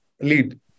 Lead